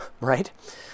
right